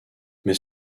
mais